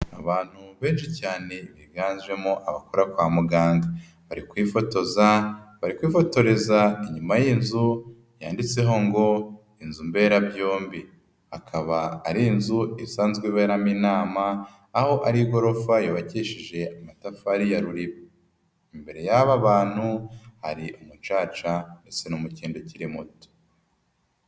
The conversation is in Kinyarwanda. Abantu benshi cyane biganjemo abakora kwa muganga, bari kwifotoza, bari kwifotoreza inyuma y'iyi nzu yanditseho ngo Inzu mberabyombi, akaba ari inzu isanzwe iberamo inama aho ari igorofa yubakishije amatafari ya ruriba, imbere y'aba bantu hari umucaca ndetse n'umukindo ukiri muto.